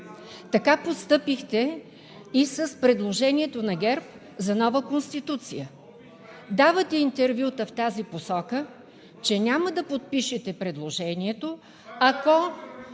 така постъпихте и с предложението на ГЕРБ за нова Конституция: давате интервюта в тази посока, че няма да подпишете предложението, ако